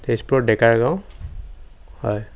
তেজপুৰৰ ডেকাৰগাঁও হয়